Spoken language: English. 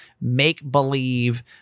make-believe